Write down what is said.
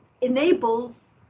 enables